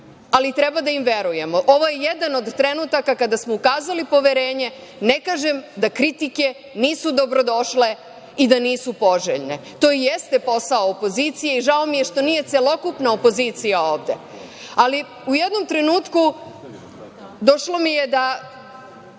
ali treba da im verujemo. Ovo je jedan od trenutaka kada smo ukazali poverenje, ne kažem da kritike nisu dobrodošle i da nisu poželjne, to i jeste posao opozicije i žao mi je što nije celokupna opozicija ovde, ali u jednom trenutku došlo mi je da